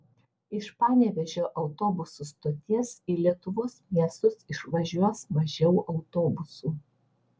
iš panevėžio autobusų stoties į lietuvos miestus išvažiuos mažiau autobusų